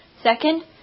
Second